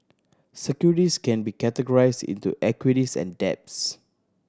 can be categorized into equities and debts